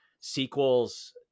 sequels